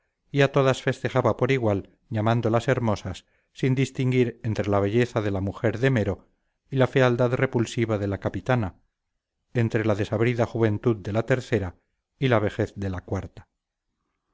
a todas festejaba por igual llamándolas hermosas sin distinguir entre la belleza de la mujer demero y la fealdad repulsiva de la capitana entre la desabrida juventud de la tercera y la vejez de la cuarta